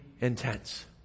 intense